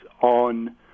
on